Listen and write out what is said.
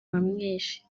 uwamwishe